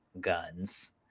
guns